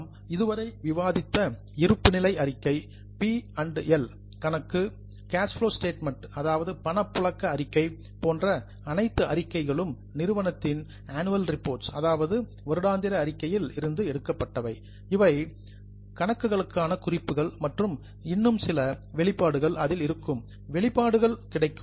நாம் இதுவரை விவாதித்த இருப்புநிலை அறிக்கை பி மற்றும் எல் PL கணக்கு கேஸ்ப்லோ ஸ்டேட்மெண்ட் பணப்புழக்க அறிக்கை போன்ற அனைத்து அறிக்கைகளும் நிறுவனத்தின் ஆனுவல் ரிப்போர்ட்ஸ் வருடாந்திர அறிக்கைகளில் இருந்து எடுக்கப்பட்டவை இவை நோட்ஸ் டு அக்கவுண்ட்ஸ் கணக்குகளுக்கான குறிப்புகள் மற்றும் இன்னும் சில டிஸ்கிளோசூர்ஸ் வெளிப்பாடுகள் அதில் இருக்கும் வெளிப்பாடுகளும் கிடைக்கும்